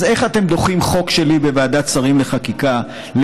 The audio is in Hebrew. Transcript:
אז איך אתם דוחים בוועדת שרים לחקיקה חוק שלי